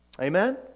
Amen